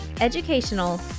educational